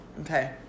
Okay